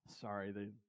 Sorry